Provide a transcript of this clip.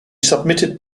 submitted